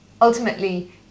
ultimately